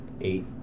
Eight